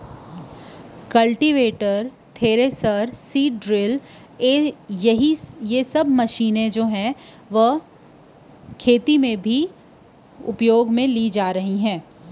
cultivator, thresher, seed drill ए सब्बो machine म किसानी के बूता घलोक होवत हे